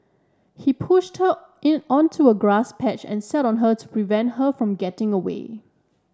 he pushed her in onto a grass patch and sat on her to prevent her from getting away